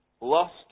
lost